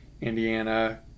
Indiana